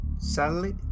Sally